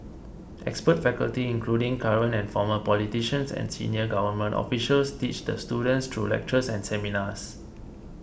expert faculty including current and former politicians and senior government officials teach the students through lectures and seminars